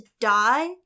die